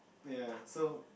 ya so